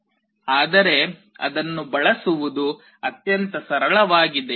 ಆದರೆ ಅದನ್ನು ಬಳಸುವುದು ಅತ್ಯಂತ ಸರಳವಾಗಿದೆ